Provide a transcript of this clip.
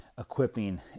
Equipping